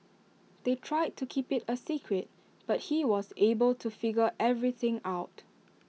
they tried to keep IT A secret but he was able to figure everything out